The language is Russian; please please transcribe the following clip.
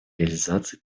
реализации